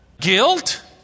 Guilt